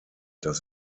das